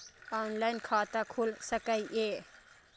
Online खाता खुल सके ये?